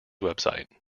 website